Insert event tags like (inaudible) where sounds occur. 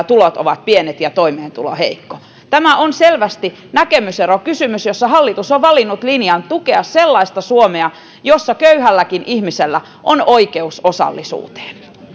(unintelligible) tulot ovat pienet ja toimeentulo heikko tämä on selvästi näkemyserokysymys jossa hallitus on valinnut linjan tukea sellaista suomea jossa köyhälläkin ihmisellä on oikeus osallisuuteen